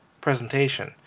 presentation